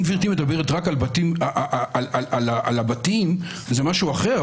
אם גברתי מדברת רק על הבתים זה משהו אחר.